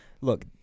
Look